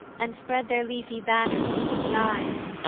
and spread their leafy banners to the skies.